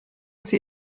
sie